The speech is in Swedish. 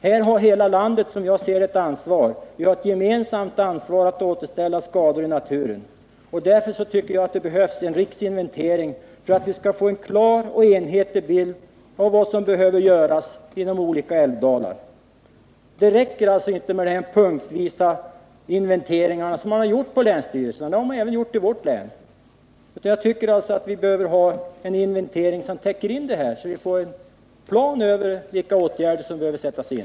Här har, som jag ser det, hela landet ett gemensamt ansvar för att återställa skador i naturen. För att vi skall få en klar och enhetlig bild av vad som kan göras i de olika älvdalarna behövs det en riksinventering. Det räcker alltså inte med de punktvisa inventeringar som har gjorts av länsstyrelserna. Sådana har även gjorts i vårt län. Det behövs således en riksomfattande plan över vilka åtgärder som kan sättas in.